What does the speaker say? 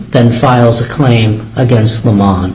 then files a claim against them on